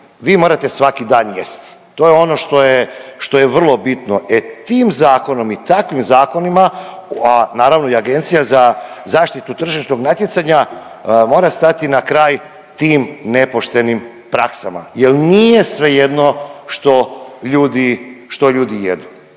vi morate svaki dan jesti, to je ono što je, što je vrlo bitno. E, tim zakonom i takvim zakonima, a naravno i Agencija za zaštitu tržišnog natjecanja mora stati na kraj tim nepoštenim praksama jel nije svejedno što ljudi,